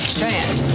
chance